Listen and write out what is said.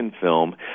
film